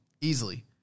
Easily